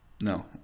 No